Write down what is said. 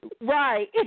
right